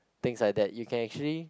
things like that you can actually